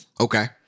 Okay